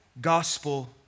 gospel